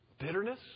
bitterness